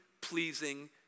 pleasing